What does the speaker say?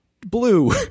blue